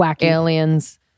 aliens